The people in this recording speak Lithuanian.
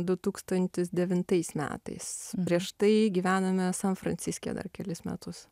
du tūkstantis devintais metais prieš tai gyvenome san franciske dar kelis metus